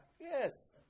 yes